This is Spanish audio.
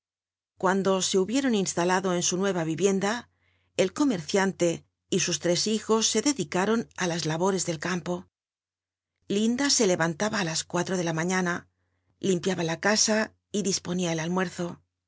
cuando se hubieron instalado en sn nue'a riritrhla rl comerciante y sus tres hijo e dedicaron it las labore del campo liml't se lcantaba á las cuatro de la maiíana lim piaba la ca a y di ponia el almul'rzo